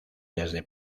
desde